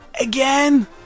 Again